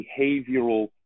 behavioral